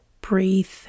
breathe